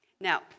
Now